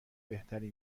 بهتری